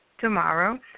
tomorrow